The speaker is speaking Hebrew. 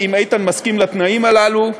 אם איתן מסכים לתנאים הללו,